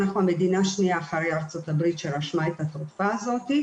אנחנו המדינה השניה אחרי ארצות הברית שרשמה את התרופה הזאת,